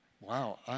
wow